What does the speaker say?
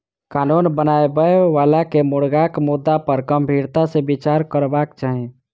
कानून बनाबय बला के मुर्गाक मुद्दा पर गंभीरता सॅ विचार करबाक चाही